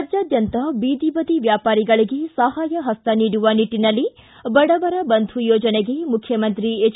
ರಾಜ್ಯಾದ್ಯಂತ ಬೀದಿ ಬದಿ ವ್ಯಾಪಾರಿಗಳಿಗೆ ಸಹಾಯ ಹಸ್ತ ನೀಡುವ ನಿಟ್ಟನಲ್ಲಿ ಬಡವರ ಬಂಧು ಯೋಜನೆಗೆ ಮುಖ್ಯಮಂತ್ರಿ ಎಚ್